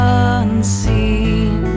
unseen